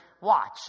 Watch